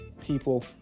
People